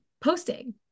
posting